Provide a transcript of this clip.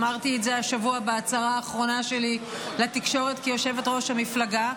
אמרתי את זה השבוע בהצהרה האחרונה שלי לתקשורת כיושבת-ראש המפלגה.